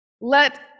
Let